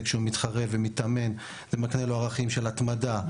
שמתחרה ומתאמן זה מקנה לו ערכים של התמדה,